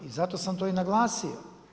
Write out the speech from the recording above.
I zato sam to naglasio.